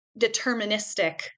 deterministic